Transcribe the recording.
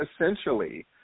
essentially